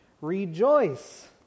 Rejoice